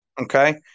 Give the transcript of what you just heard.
Okay